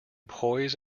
poise